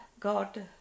God